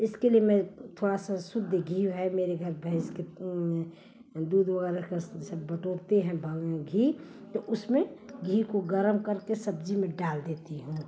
इसके लिए मैं थोड़ा सा शुद्ध घी है मेरे घर भैंस के दूधवाला का सब बटोरते हैं बाउल में घी तो उसमें घी को गर्म करके सब्ज़ी में डाल देती हूँ